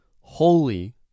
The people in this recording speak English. Holy